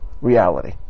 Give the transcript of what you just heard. reality